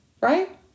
right